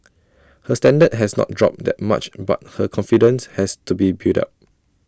her standard has not dropped that much but her confidence has to be built up